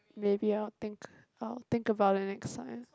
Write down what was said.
maybe I will think I will think about it the next time